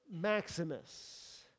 Maximus